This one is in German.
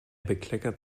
bekleckert